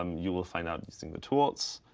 um you will find out using the tools.